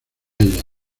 ella